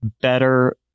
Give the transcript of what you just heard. better